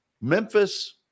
Memphis